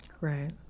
Right